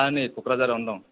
दा नै कक्राझारावनो दं